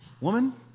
woman